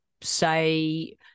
say